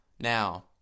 Now